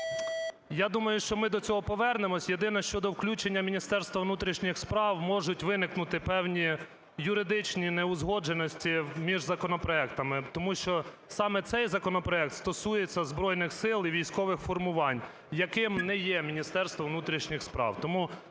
Я думаю, що ми до цього повернемося. Єдине що, до включення Міністерства внутрішніх справ можуть виникнути певні юридичні неузгодженості між законопроектами. Тому що саме цей законопроект стосується Збройних Сил і військових формувань, яким не є Міністерство внутрішніх справ.